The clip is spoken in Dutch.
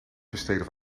besteden